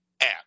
app